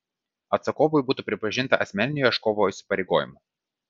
atsakovui būtų pripažinta asmeniniu ieškovo įsipareigojimu